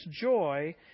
joy